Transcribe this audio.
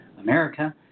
America